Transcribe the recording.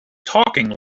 talking